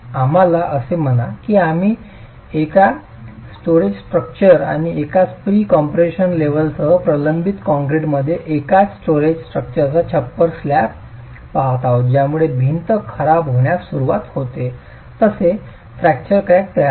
आम्हाला असे म्हणा की आम्ही एकाच स्टोरेज स्ट्रक्चर आणि एकाच प्री कॉम्प्रेशन लेव्हलसह प्रबलित कंक्रीटमध्ये एकाच स्टोरेज स्ट्रक्चरचा छप्पर स्लॅब पहात आहोत ज्यामुळे भिंत खराब होण्यास सुरवात होते तसे फ्रॅक्चर क्रॅक तयार होईल